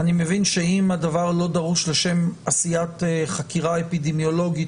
אני מבין שאם הדבר לא דרוש לשם עשיית חקירה אפידמיולוגית,